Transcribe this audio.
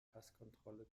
passkontrolle